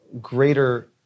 greater